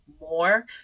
more